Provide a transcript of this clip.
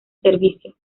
servicios